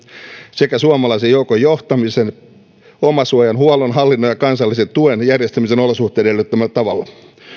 sekä suomalaisen joukon johtamisen omasuojan huollon hallinnan ja kansallisen tuen järjestämisen olosuhteiden edellyttämällä tavalla